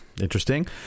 interesting